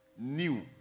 New